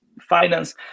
finance